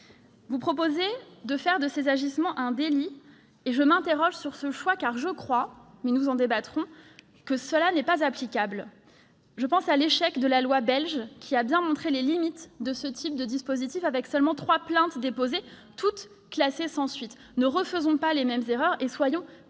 Vous proposez de faire du harcèlement de rue un délit. Je m'interroge sur ce choix, car je crois, mais nous en débattrons, que cela n'est pas applicable. J'ai en tête l'échec de la loi belge, qui a bien montré les limites de ce type de dispositif, avec seulement trois plaintes déposées, toutes classées sans suite. Ne refaisons pas les mêmes erreurs et soyons